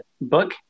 book